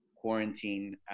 quarantine